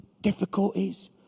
difficulties